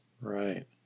Right